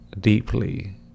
deeply